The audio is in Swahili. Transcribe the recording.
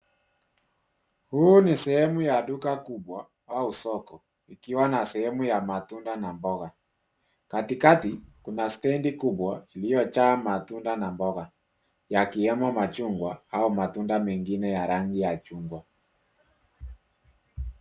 Huu ni sehemu ya duka kubwa au soko ikiwa na sehemu ya matunda na mboga. Katikati kuna stendi kubwa iliyojaa matunda na mboga yakiwemo machungwa au matunda mengine ya rangi ya chungwa.